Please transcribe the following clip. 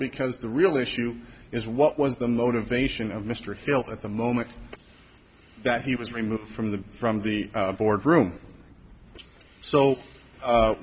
because the real issue is what was the motivation of mr hill at the moment that he was removed from the from the board room so